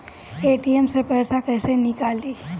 ATM से पैसा कैसे नीकली?